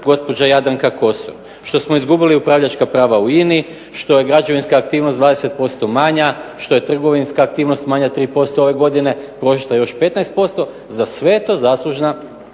gospođa Jadranka Kosor što smo izgubili upravljačka prava u INA-i, što je građevinska aktivnost 20% manja, što je trgovinska aktivnost manja 3% ove godine, .../Govornik se ne razumije./... još 15%. Za sve je to zaslužna